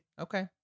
Okay